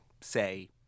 say